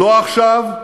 לא עכשיו?